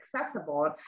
accessible